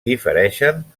difereixen